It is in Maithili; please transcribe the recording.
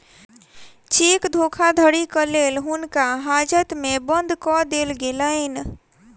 चेक धोखाधड़ीक लेल हुनका हाजत में बंद कअ देल गेलैन